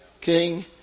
king